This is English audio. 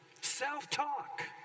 self-talk